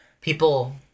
people